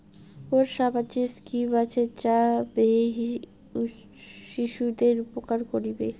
কুন সামাজিক স্কিম আছে যা মেয়ে শিশুদের উপকার করিবে?